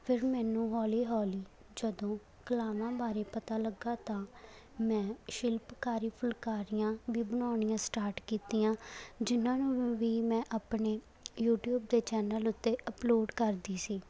ਫਿਰ ਮੈਨੂੰ ਹੌਲੀ ਹੌਲੀ ਜਦੋਂ ਕਲਾਵਾਂ ਬਾਰੇ ਪਤਾ ਲੱਗਿਆ ਤਾਂ ਮੈਂ ਸ਼ਿਲਪਕਾਰੀ ਫੁਲਕਾਰੀਆਂ ਵੀ ਬਣਾਉਣੀਆਂ ਸਟਾਰਟ ਕੀਤੀਆਂ ਜਿਨ੍ਹਾਂ ਨੂੰ ਵੀ ਮੈਂ ਆਪਣੇ ਯੂਟੀਊਬ ਦੇ ਚੈਨਲ ਉੱਤੇ ਅਪਲੋਡ ਕਰਦੀ ਸੀ